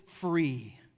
free